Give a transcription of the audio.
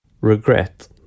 Regret